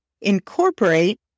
incorporate